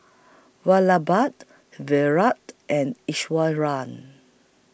Virat and Iswaran